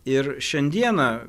ir šiandieną